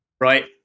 Right